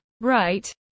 right